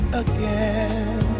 again